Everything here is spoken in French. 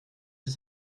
ces